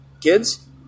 kids